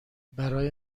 برای